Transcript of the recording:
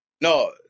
No